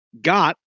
got